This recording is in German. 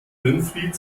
winfried